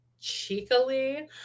cheekily